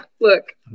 Look